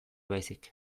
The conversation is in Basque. baizik